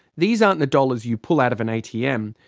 these aren't the dollars you pull out of an atm,